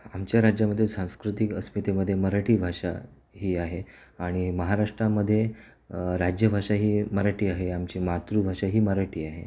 आमच्या राज्यामध्ये सांस्कृतिक अस्मितेमध्ये मराठी भाषा ही आहे आणि महाराष्ट्रामध्ये राज्यभाषा ही मराठी आहे आमची मातृभाषा ही मराठी आहे